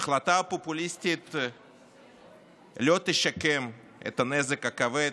ההחלטה הפופוליסטית לא תשקם את הנזק הכבד,